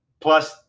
plus